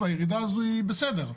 הירידה הזו היא בסדר.